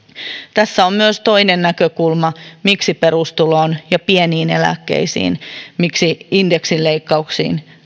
tässä on myös toinen näkökulma se miksi perustuloon ja pieniin eläkkeisiin tai indeksileikkauksiin